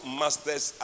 masters